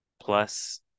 plus